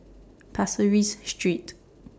Pasir Ris Street